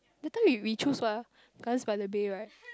that time we we choose what ah Gardens-by-the-Bay right